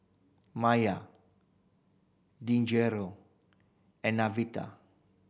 Mya Deangelo and